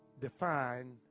define